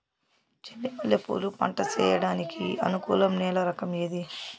చెండు మల్లె పూలు పంట సేయడానికి అనుకూలం నేల రకం ఏది